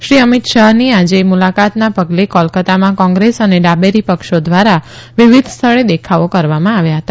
શ્રી અમીત શાહની આજે મુલાકાતના ગલે કોલકત્તામાં કોંગ્રેસ અને ડાબેરી ક્ષો ધ્વારા વિવિધ સ્થળે દેખાવો કરવામાં આવ્યા હતા